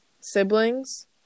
siblings